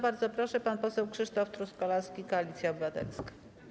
Bardzo proszę, pan poseł Krzysztof Truskolaski, Koalicja Obywatelska.